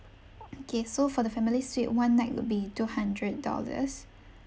okay so for the family suite one night will be two hundred dollars